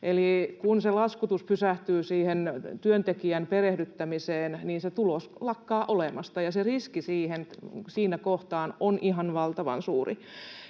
Eli kun se laskutus pysähtyy siihen työntekijän perehdyttämiseen, niin se tulos lakkaa olemasta, ja se riski siinä kohtaa on ihan valtavan suuri.